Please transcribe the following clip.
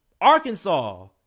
Arkansas